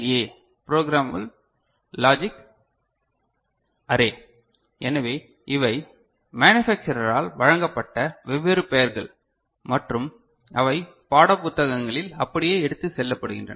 ஏ programmable logic array எனவே இவை மேனுஃபேக்சரரால் வழங்கப்பட்ட வெவ்வேறு பெயர்கள் மற்றும் அவை பாடப்புத்தகங்களில் அப்படியே எடுத்து செல்லப்படுகின்றன